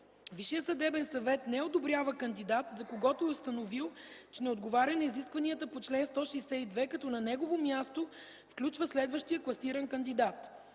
Висшият съдебен съвет не одобрява кандидат, за когото е установил, че не отговаря на изискванията по чл. 162, като на негово място включва следващия класиран кандидат.